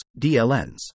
DLNs